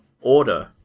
order